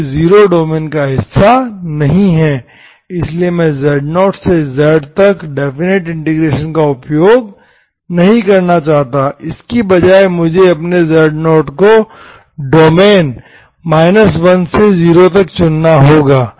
क्योंकि 0 डोमेन का हिस्सा नहीं है इसलिए मैं z0 से z तक डेफिनिट इंटीग्रेशन का उपयोग नहीं करना चाहता इसके बजाय मुझे अपने z0 को डोमेन 1 से 0 तक चुनना होगा